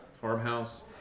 farmhouse